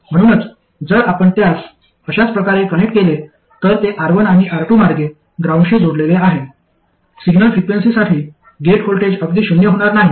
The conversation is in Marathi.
म्हणूनच जर आपण त्यास अशाच प्रकारे कनेक्ट केले तर ते R1 आणि R2 मार्गे ग्राउंडशी जोडलेले आहे सिग्नल फ्रिक्वेन्सीसाठी गेट व्होल्टेज अगदी शून्य होणार नाही